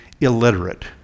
illiterate